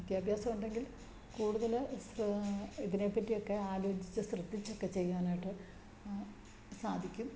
വിദ്യാഭ്യാസം ഉണ്ടെങ്കിൽ കൂടുതല് ഇതിനെപ്പറ്റിയൊക്കെ ആലോചിച്ച് ശ്രദ്ധിച്ചൊക്കെ ചെയ്യാനായിട്ട് സാധിക്കും